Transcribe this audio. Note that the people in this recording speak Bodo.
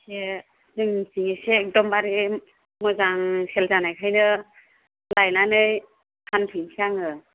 एसे जोंनिथिं एसे एकदम बारे मोजां सेल जानायखायनो लायनानै फानफैसै आङो